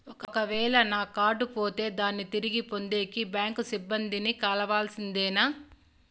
ఒక వేల నా కార్డు పోతే దాన్ని తిరిగి పొందేకి, బ్యాంకు సిబ్బంది ని కలవాల్సిందేనా?